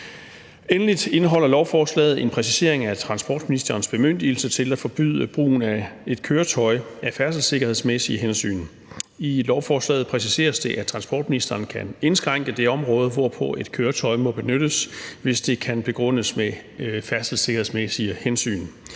Endelig indeholder lovforslaget en præcisering af transportministerens bemyndigelse til at forbyde brugen af et køretøj af færdselssikkerhedsmæssige hensyn. I lovforslaget præciseres det, at transportministeren kan indskrænke det område, hvorpå et køretøj må benyttes, hvis det kan begrundes med færdselssikkerhedsmæssige hensyn.